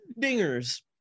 Dingers